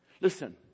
Listen